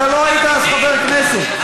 אתה לא היית אז חבר כנסת,